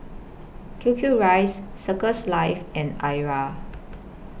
Q Q Rice Circles Life and Arai